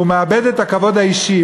הוא מאבד את הכבוד האישי,